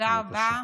תודה רבה.